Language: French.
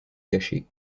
caché